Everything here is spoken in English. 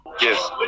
yes